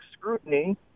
scrutiny